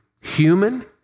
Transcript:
human